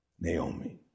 Naomi